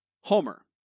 Homer